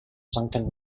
sunken